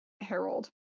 Harold